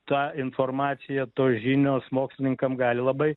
ta informacija tos žinios mokslininkam gali labai